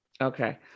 Okay